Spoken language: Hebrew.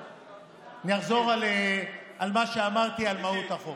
אני אחזור על מה שאמרתי על מהות החוק: